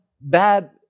bad